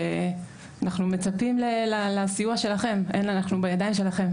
אנחנו מצפים לסיוע שלכם, אנחנו בידיים שלכם.